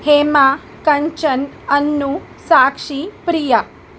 Hema Kanchan Annu Sakshi Priya